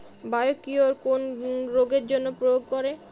Biocure কোন রোগেরজন্য প্রয়োগ করে?